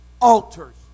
altars